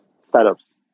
startups